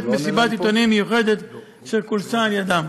עיתונאים מיוחדת אשר כונסה על ידם.